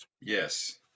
yes